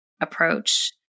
approach